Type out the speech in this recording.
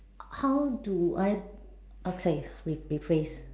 how do I okay re~ replace